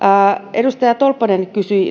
edustaja tolppanen kysyi